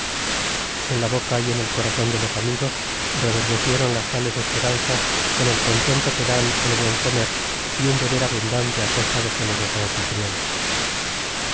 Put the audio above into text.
en la boca y en el corazón de los amigos reverdecieron las tales esperanzas con el contento que dan el buen comer y un beber abundante a costa de generoso anfitrión